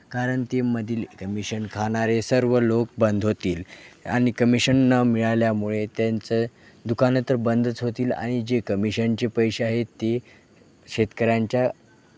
कारण ते मधील कमिशन खाणारे सर्व लोक बंद होतील आणि कमिशन न मिळाल्यामुळे त्यांचं दुकानं तर बंदच होतील आणि जे कमिशनचे पैसे आहेत ते शेतकऱ्यांच्या